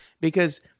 because-